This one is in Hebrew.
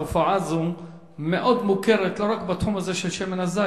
תופעה זו מוכרת מאוד לא רק בתחום הזה של שמן זית.